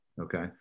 Okay